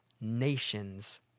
nations